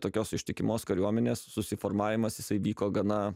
tokios ištikimos kariuomenės susiformavimas jisai vyko gana